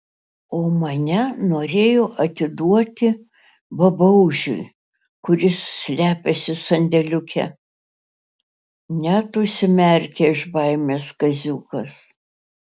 o mane norėjo atiduoti babaužiui kuris slepiasi sandėliuke net užsimerkė iš baimės kaziukas